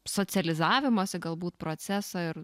socializavimosi galbūt proceso ir